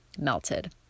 melted